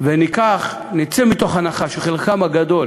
ונצא מתוך הנחה שלחלקם הגדול